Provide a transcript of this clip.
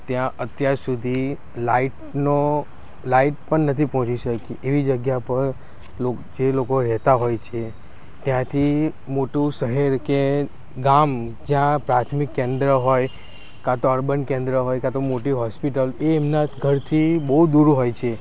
ત્યાં અત્યાર સુધી લાઇટનો લાઇટ પણ નથી પહોંચી શકી એવી જગ્યા પર જે લોકો રહેતાં હોય છે ત્યાંથી મોટું શહેર કે ગામ જ્યાં પ્રાથમિક કેન્દ્ર હોય કાં તો અર્બન કેન્દ્ર હોય કાં તો મોટી હોસ્પિટલ એ એમના ઘરથી બહુ દૂર હોય છે